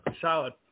Solid